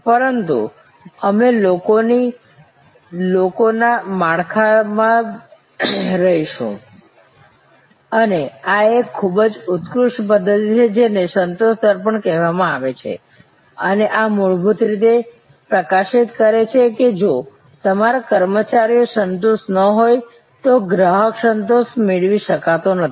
પરંતુ અમે લોકોથી લોકોના માળખામાં રહીશું અને આ એક ખૂબ જ ઉત્કૃષ્ટ પદ્ધત્તિ છે જેને સંતોષ દર્પણ કહેવામાં આવે છે અને આ મૂળભૂત રીતે પ્રકાશિત કરે છે કે જો તમારા કર્મચારીઓ સંતુષ્ટ ન હોય તો ગ્રાહક સંતોષ મેળવી શકાતો નથી